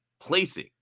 placing